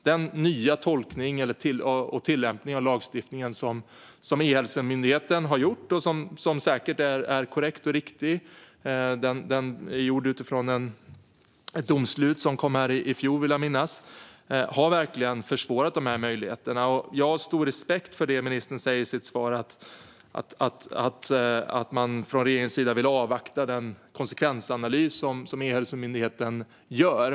Den nya tolkningen och tillämpningen av lagen som E-hälsomyndigheten har gjort, och som säkert är korrekt och gjord utifrån ett domslut från i fjol, har nämligen försvårat dessa möjligheter. Jag har stor respekt för det ministern säger i sitt svar att regeringen vill avvakta den konsekvensanalys som E-hälsomyndigheten gör.